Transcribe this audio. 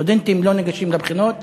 סטודנטים לא ניגשים לבחינות